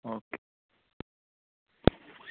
okay